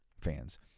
fans